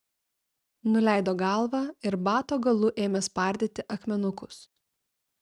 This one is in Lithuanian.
nuleido galvą ir bato galu ėmė spardyti akmenukus